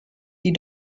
die